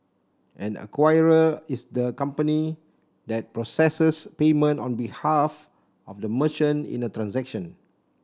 an acquirer is the company that processes payment on behalf of the merchant in a transaction